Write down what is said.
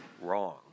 wrong